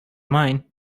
mine